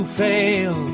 fail